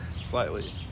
slightly